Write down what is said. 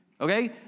Okay